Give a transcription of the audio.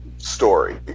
Story